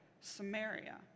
Samaria